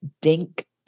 Dink